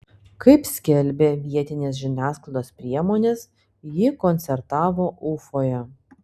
kaip skelbia vietinės žiniasklaidos priemonės ji koncertavo ufoje